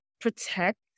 protect